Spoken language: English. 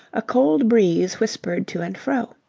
a cold breeze whispered to and fro.